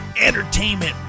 entertainment